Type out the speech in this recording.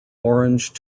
orange